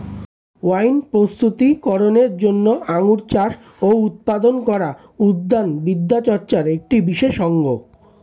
wine প্রস্তুতি করনের জন্য আঙুর চাষ ও উৎপাদন করা উদ্যান বিদ্যাচর্চার একটি বিশেষ অঙ্গ